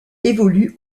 évolue